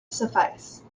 suffice